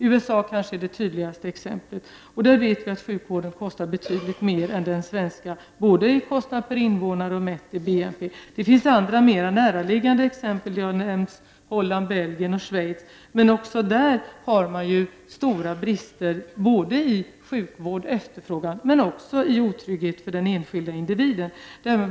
USA ger kanske det tydligaste exemplet. Vi vet att sjukvården där kostar betydligt mer än i Sverige, både för vårdtagarna och mätt i BNP. Det finns andra, mer näraliggande exempel. Holland, Belgien och Schweiz har nämnts, och även där har man stora brister både i efterfrågan på sjukvård och i form av otrygghet för den enskilde individen.